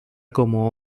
como